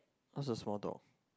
that's a small dog